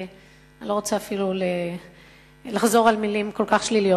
אני לא רוצה אפילו לחזור על מלים כל כך שליליות.